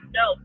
no